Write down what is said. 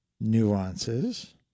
nuances